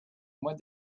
mois